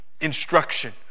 instruction